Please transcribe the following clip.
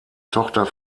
tochter